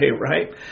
right